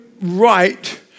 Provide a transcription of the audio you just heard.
right